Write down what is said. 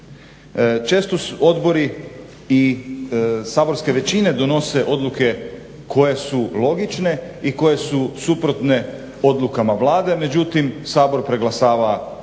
Često odbori i saborske većine donose odluke koje su logične i koje su suprotne odlukama Vlade, međutim Sabor preglasava